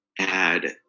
add